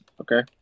okay